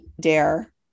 dare